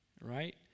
right